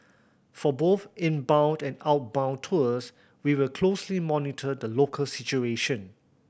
for both inbound and outbound tours we will closely monitor the local situation